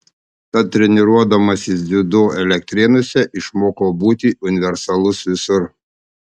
tad treniruodamasis dziudo elektrėnuose išmokau būti universalus visur